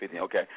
okay